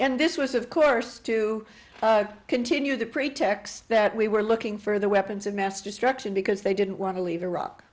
and this was of course to continue the pretext that we were looking for the weapons of mass destruction because they didn't want to leave iraq